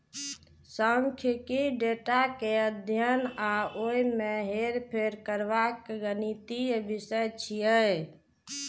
सांख्यिकी डेटा के अध्ययन आ ओय मे हेरफेर करबाक गणितीय विषय छियै